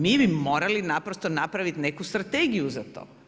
Mi bi morali naprosto napraviti neku strategiju za to.